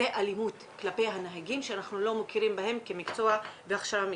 זו אלימות כלפי הנהגים שאנחנו לא מכירים בהם כמקצוע והכשרה מקצועית.